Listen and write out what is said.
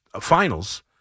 Finals